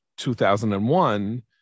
2001